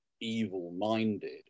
evil-minded